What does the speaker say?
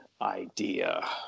idea